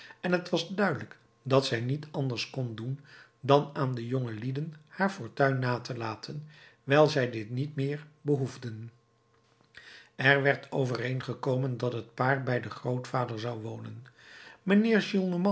en t was duidelijk dat zij niet anders kon doen dan aan de jongelieden haar fortuin na te laten wijl zij dit niet meer behoefden er werd overeengekomen dat het paar bij den grootvader zou wonen mijnheer